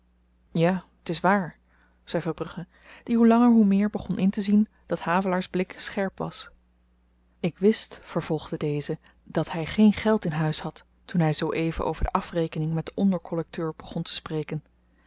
ja t is waar zei verbrugge die hoe langer hoe meer begon intezien dat havelaars blik scherp was ik wist vervolgde deze dat hy geen geld in huis had toen hy zoo-even over de afrekening met den onderkollekteur begon te spreken